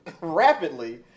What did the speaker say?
rapidly